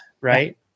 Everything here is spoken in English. Right